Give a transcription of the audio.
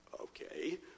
okay